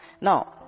now